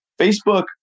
Facebook